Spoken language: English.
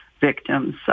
victims